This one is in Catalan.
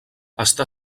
està